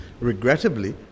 Regrettably